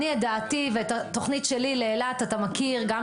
את דעתי ואת התוכנית שלי לאילת אתה מכיר שגם